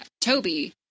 Toby